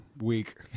week